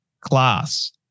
class